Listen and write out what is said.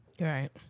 Right